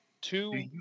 two